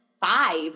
five